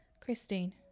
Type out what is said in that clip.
Christine